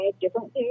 different